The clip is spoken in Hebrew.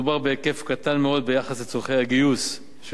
מדובר בהיקף קטן מאוד ביחס לצורכי הגיוס של